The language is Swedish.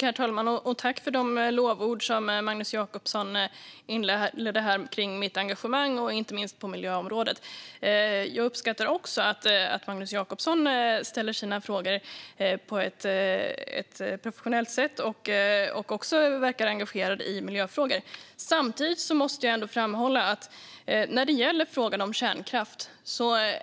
Herr talman! Jag tackar för de lovord kring mitt engagemang, inte minst på miljöområdet, som Magnus Jacobsson inledde med. Jag uppskattar också att Magnus Jacobsson ställer sina frågor på ett professionellt sätt och verkar vara engagerad i miljöfrågor. Samtidigt måste jag framhålla att det när det gäller frågan om kärnkraft